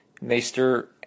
maester